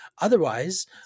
Otherwise